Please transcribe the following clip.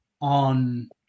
On